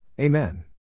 Amen